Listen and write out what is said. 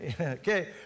Okay